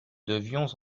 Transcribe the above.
devions